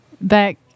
back